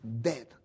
dead